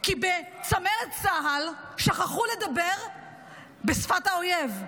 כי בצמרת צה"ל שכחו לדבר בשפת האויב.